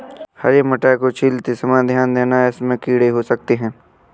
हरे मटरों को छीलते समय ध्यान देना, इनमें कीड़े हो सकते हैं